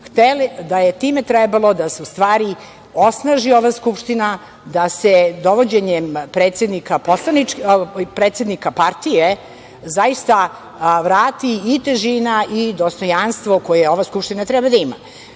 da je time trebalo da se u stvari osnaži ova Skupština, da se dovođenjem predsednika partije zaista vrati i težina i dostojanstvo koje ova Skupština treba da ima.O